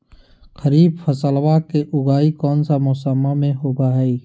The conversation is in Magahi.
खरीफ फसलवा के उगाई कौन से मौसमा मे होवय है?